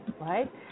right